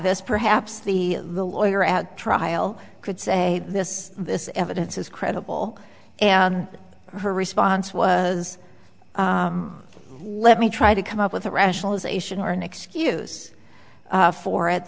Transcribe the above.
this perhaps the the lawyer at trial could say this this evidence is credible and her response was let me try to come up with a rationalization or an excuse for it